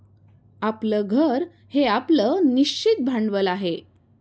आपलं घर हे आपलं निश्चित भांडवल आहे